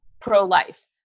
pro-life